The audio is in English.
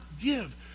give